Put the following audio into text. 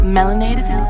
Melanated